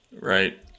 right